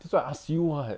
that's why I ask you [what]